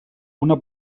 una